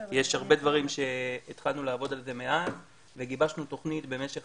יש הרבה דברים שהתחלנו לעבוד על זה מאז וגיבשנו תוכנית במשך